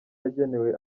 yagenewe